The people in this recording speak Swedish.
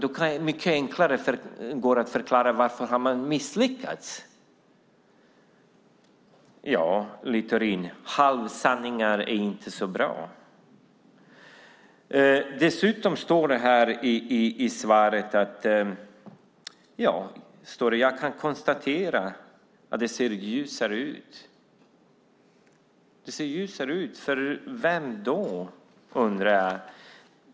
Det är enklare att förklara varför man har misslyckats. Ja, Littorin, halvsanningar är inte så bra. Statsrådet sade i sitt svar att han kan konstatera att det ser ljusare ut. För vem då?